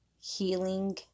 healing